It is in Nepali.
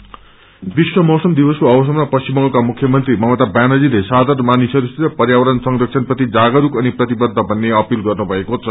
वेदर डे वेष्ट बेंगल विश्व मौसम दिवसको अवसरामा पश्चिम बंगालका मुख्यमंत्री ममता व्यानज्रीले साधारण मानिसहरूसित पर्यावरण संरक्षणप्रति जागरूक अनि प्रतिबद्ध हुने अपील गर्नुभएको छ